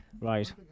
right